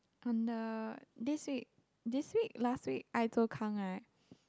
on the this week last week i 周刊 right